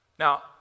Now